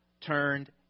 turned